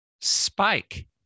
Spike